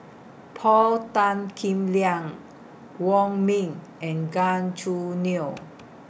Paul Tan Kim Liang Wong Ming and Gan Choo Neo